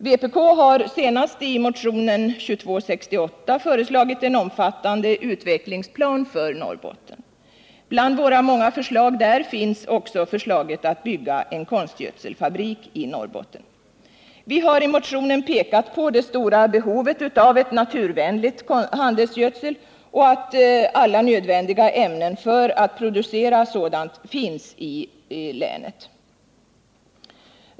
Vpk har senast i motionen 2268 föreslagit en omfattande utvecklingsplan för Norrbotten. Bland våra många förslag där finns också förslaget att bygga en konstgödselfabrik i Norrbotten. Vi har i motionen pekat på det stora behovet av en naturvänlig handelsgödsel och att alla nödvändiga ämnen för produktion av handelsgödsel finns i Norrbotten.